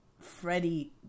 Freddie